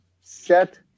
set